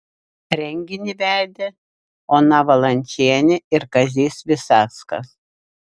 renginį vedė ona valančienė ir kazys visackas